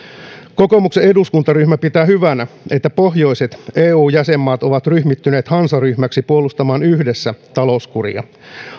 kokoomuksen eduskuntaryhmä pitää hyvänä että pohjoiset eu jäsenmaat ovat ryhmittyneet hansaryhmäksi puolustamaan yhdessä talouskuria